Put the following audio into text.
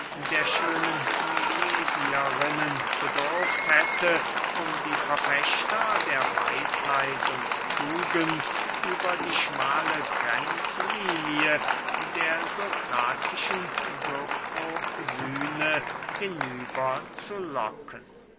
der schönen milesierinnen bedurft hätte um die verfechter der weisheit und tugend über die schmale grenzlinie der sokratischen sofrosyne hinüber zu locken